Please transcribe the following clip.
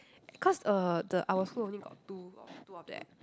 cause uh the our school only got two got two of that